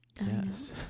yes